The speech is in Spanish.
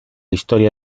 historia